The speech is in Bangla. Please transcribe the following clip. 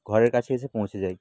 ঘরের কাছে এসে পৌঁছে যায়